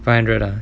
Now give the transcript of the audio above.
five hundred lah